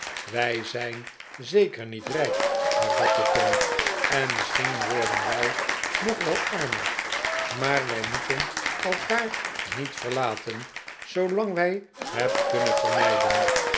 wij zijn zeker niet rijk hervatte tom en misschien worden wij nog wel armer maar wij moeten elkaar niet verlaten zoolang wij het kunnen vermijden